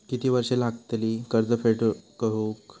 किती वर्षे लागतली कर्ज फेड होऊक?